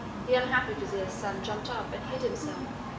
the unhappy vizier's son jumped up and hid himself,